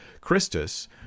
Christus